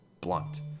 blunt